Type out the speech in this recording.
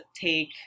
take